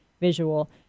visual